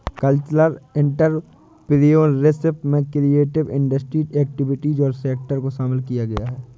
cultural entrepreneurship में creative industry activities और sector को शामिल किया गया है